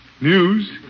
News